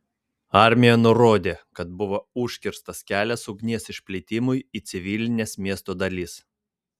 armija nurodė kad buvo užkirstas kelias ugnies išplitimui į civilines miesto dalis